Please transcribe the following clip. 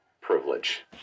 Privilege